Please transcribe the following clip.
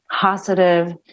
positive